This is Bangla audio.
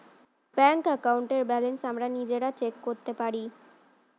ব্যাংক অ্যাকাউন্টের ব্যালেন্স আমরা নিজেরা চেক করতে পারি